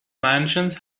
mansions